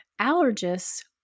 allergists